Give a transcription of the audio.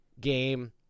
game